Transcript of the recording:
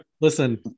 Listen